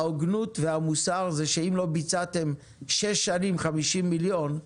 ההוגנות והמוסר זה שאם לא ביצעתם שש שנים 50 מיליון,